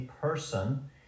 person